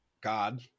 God